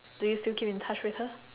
do you still keep in touch with her